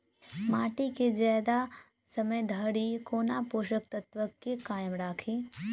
माटि केँ जियादा समय धरि कोना पोसक तत्वक केँ कायम राखि?